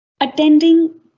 Attending